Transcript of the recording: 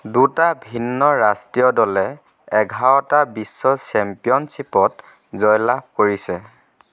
দুটা ভিন্ন ৰাষ্ট্ৰীয় দলে এঘাৰটা বিশ্ব চেম্পিয়নশ্বিপত জয়লাভ কৰিছে